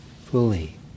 fully